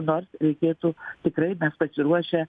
nors reikėtų tikrai mes pasiruošę